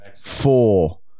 four